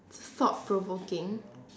thought provoking